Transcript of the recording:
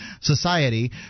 society